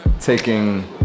taking